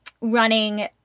running